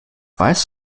weiß